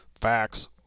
facts